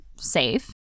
safe